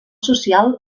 social